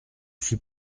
suis